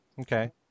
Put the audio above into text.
Okay